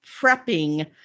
prepping